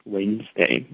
Wednesday